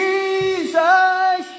Jesus